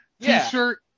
t-shirt